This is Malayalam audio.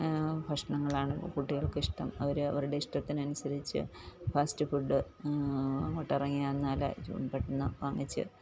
ഭക്ഷണങ്ങളാണ് കുട്ടികൾക്ക് ഇഷ്ടം അവര് അവരുടെ ഇഷ്ടത്തിന് അനുസരിച്ച് ഫാസ്റ്റ് ഫുഡ് അങ്ങോട്ട് ഇറങ്ങിനിന്നാല് പെട്ടെന്ന് വാങ്ങിച്ച്